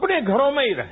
अपने घरों में ही रहें